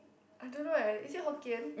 I don't know eh is it Hokkien